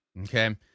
okay